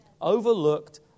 overlooked